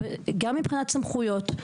גם מבחינת סמכויות,